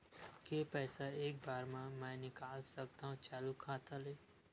के पईसा एक बार मा मैं निकाल सकथव चालू खाता ले?